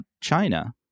China